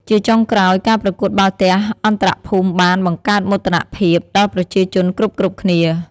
ជាចុងក្រោយ ការប្រកួតបាល់ទះអន្តរភូមិបាន បង្កើតមោទនភាព ដល់ប្រជាជនគ្រប់ៗគ្នា។